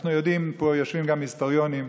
אנחנו יודעים, יושבים פה גם היסטוריונים,